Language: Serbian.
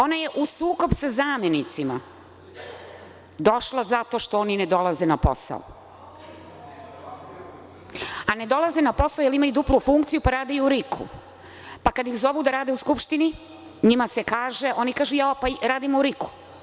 Ona je u sukob sa zamenicima došla zato što oni ne dolaze na posao, a ne dolaze na posao, jer imaju duplu funkciju pa rade i u RIK-u, pa kad ih zovu da rade u Skupštini, oni kažu – jao, pa radim u RIK-u.